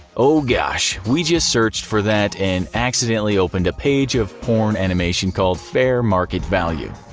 oh gosh, we just searched for that and accidentally opened a page of porn animation called fair market value.